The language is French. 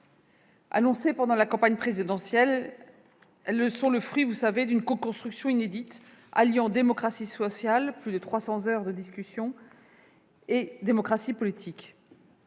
Annoncées pendant la campagne présidentielle, ces ordonnances sont le fruit, vous le savez, d'une coconstruction inédite, alliant démocratie sociale- plus de 300 heures de discussions -et démocratie politique.